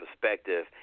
perspective